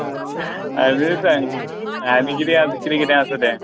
आनी सांग आनी किदें किदें किदें आसा तें